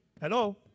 Hello